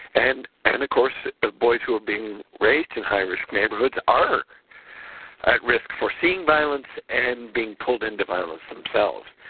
and and, of course boys who are being raised in high risk neighborhoods are at risk for seeing violence and being pulled into violence themselves.